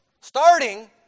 Starting